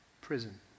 Prison